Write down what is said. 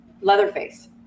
Leatherface